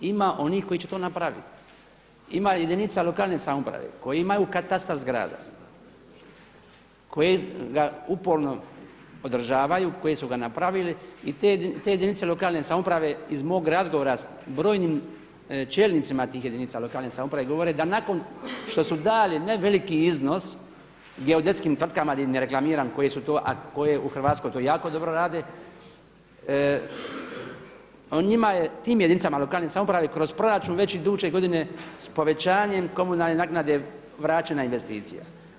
Ima onih koji će to napraviti, ima jedinica lokalne samouprave koji imaju katastar zgrada koje ga uporno održavaju, koje su ga napravili i te jedinice lokalne samouprave iz mog razgovora sa brojnim čelnicima tih jedinica lokalne samouprave govore da nakon što su dali ne veliki iznos geodetskim tvrtkama, ne reklamiram koje su to a koje u Hrvatskoj to jako dobro rade, njima je, tim jedinicama lokalne samouprave kroz proračun već iduće godine s povećanjem komunalne naknade vraćena investicija.